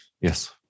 Yes